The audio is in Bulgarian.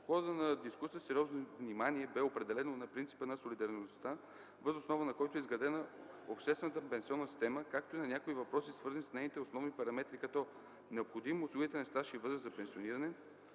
В хода на дискусията сериозно внимание бе отделено на принципа на солидарността, въз основа на който е изградена обществената пенсионна система, както и на някои въпроси свързани с нейни основни параметри като: необходим осигурителен стаж и възраст за пенсиониране;